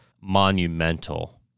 monumental